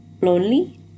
lonely